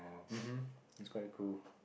mmhmm it's quite cool